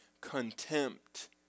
contempt